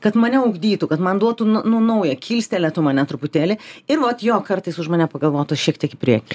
kad mane ugdytų kad man duotų nu naują kilstelėtų mane truputėlį ir vat jo kartais už mane pagalvotų šiek tiek į priekį